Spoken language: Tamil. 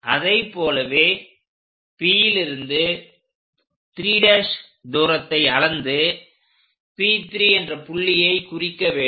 அதை போலவே Pலிருந்து 3' தூரத்தை அளந்து P3 என்ற புள்ளியை குறிக்க வேண்டும்